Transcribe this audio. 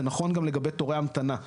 זה נכון גם לגבי תורי המתנה,